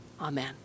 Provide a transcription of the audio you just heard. Amen